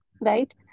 right